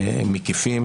מקיפים